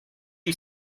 you